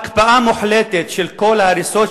הקפאה מוחלטת של כל ההריסות,